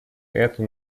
эту